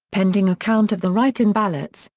pending a count of the write-in ballots,